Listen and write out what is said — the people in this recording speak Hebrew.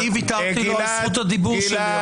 אני ויתרתי לו על זכות הדיבור שלי...